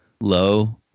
low